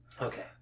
Okay